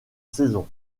saison